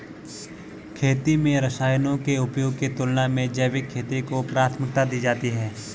खेती में रसायनों के उपयोग की तुलना में जैविक खेती को प्राथमिकता दी जाती है